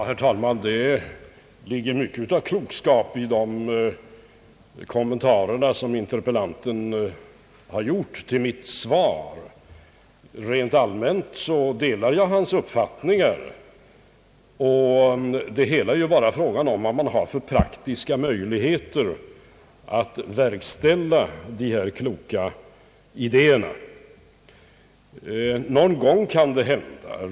Herr talman! Det ligger mycket av klokskap i de kommentarer som interpellanten har gjort till mitt svar. Rent allmän delar jag hans uppfattningar. Det hela är ju bara en fråga om vilka praktiska möjligheter man har att verkställa de kloka idéerna. Någon gång kan något hända.